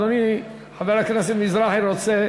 אדוני, חבר הכנסת מזרחי, רוצה